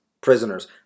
prisoners